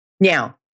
Now